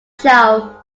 chau